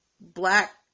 black